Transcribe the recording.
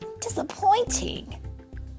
Disappointing